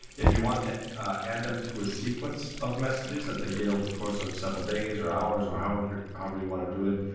if you want to add them to a sequence of messages that they get over the course of several days, or hours, or however however you wanna do it,